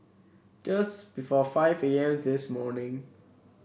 just before five A M this morning